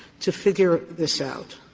to figure this out,